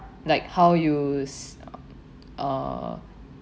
like how you uh